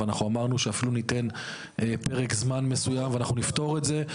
ואנחנו אמרנו שאפילו ניתן פרק זמן מסוים ואנחנו נפתור את זה.